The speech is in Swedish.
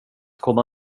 komma